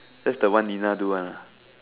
that's the one Nina do [one] ah